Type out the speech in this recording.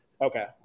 Okay